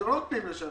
אתם לא מקפיאים לשנה.